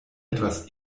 etwas